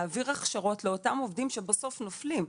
להעביר הכשרות לאותם עובדים שבסוף נופלים,